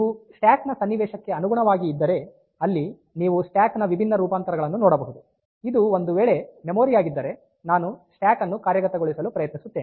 ನೀವು ಸ್ಟ್ಯಾಕ್ ನ ಸನ್ನಿವೇಶಕ್ಕೆ ಅನುಗುಣವಾಗಿ ಇದ್ದರೆ ಅಲ್ಲಿ ನೀವು ಸ್ಟ್ಯಾಕ್ ನ ವಿಭಿನ್ನ ರೂಪಾಂತರಗಳನ್ನು ನೋಡಬಹುದು ಇದು ಒಂದು ವೇಳೆ ಮೆಮೊರಿ ಯಾಗಿದ್ದರೆ ನಾನು ಸ್ಟ್ಯಾಕ್ ಅನ್ನು ಕಾರ್ಯಗತಗೊಳಿಸಲು ಪ್ರಯತ್ನಿಸುತ್ತಿದ್ದೇನೆ